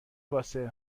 واسه